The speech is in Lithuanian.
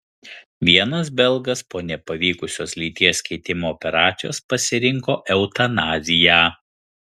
vienas belgas po nepavykusios lyties keitimo operacijos pasirinko eutanaziją